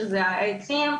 העצים,